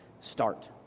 start